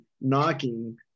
knocking